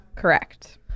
Correct